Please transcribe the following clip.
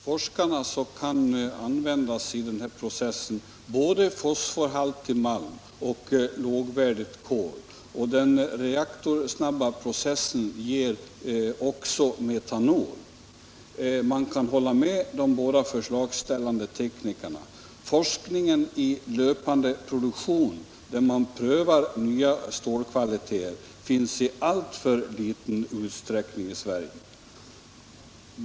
Herr talman! Enligt forskarna kan man i denna process använda både fosforhaltig malm och lågvärdigt kol. Den reaktorsnabba processen ger också metanol. Man kan hålla med de båda förslagställande teknikerna om att forskning i löpande produktion, där man prövar nya stålkvaliteter, finns i alltför liten utsträckning i Sverige.